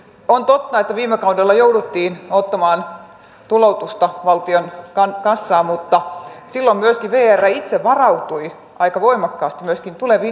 on totta että viime kaudella jouduttiin ottamaan tuloutusta valtion kassaan mutta silloin myöskin vr itse varautui aika voimakkaasti tuleviin investointeihin